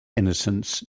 innocence